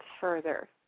further